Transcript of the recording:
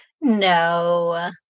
No